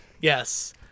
Yes